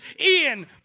Ian